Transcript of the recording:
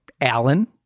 Alan